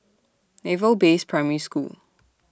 Naval Base Primary School